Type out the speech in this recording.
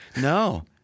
No